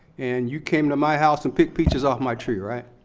and you came to my house and picked peaches off my tree, right?